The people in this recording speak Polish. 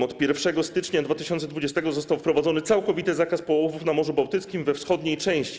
Od 1 stycznia 2020 r. został wprowadzony całkowity zakaz połowów na Morzu Bałtyckim we wschodniej części.